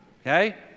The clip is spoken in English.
Okay